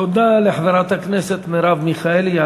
תודה לחברת הכנסת מרב מיכאלי.